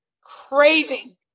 craving